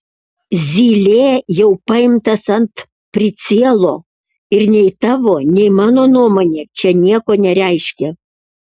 zylė jau paimtas ant pricielo ir nei tavo nei mano nuomonė čia nieko nereiškia